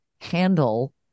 handle